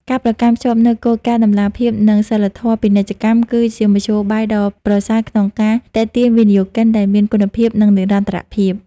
ការប្រកាន់ខ្ជាប់នូវគោលការណ៍តម្លាភាព និងសីលធម៌ពាណិជ្ជកម្ម គឺជាមធ្យោបាយដ៏ប្រសើរក្នុងការទាក់ទាញវិនិយោគិនដែលមានគុណភាព និងនិរន្តរភាព។